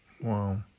Wow